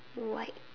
white